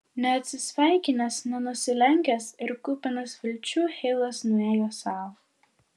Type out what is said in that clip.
neatsisveikinęs nenusilenkęs ir kupinas vilčių heilas nuėjo sau